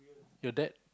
your dad